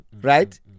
right